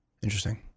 Interesting